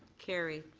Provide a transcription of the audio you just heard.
carried.